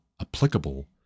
applicable